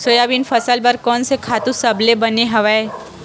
Soybean फसल बर कोन से खातु सबले बने हवय?